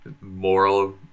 moral